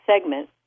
segment